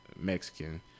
Mexican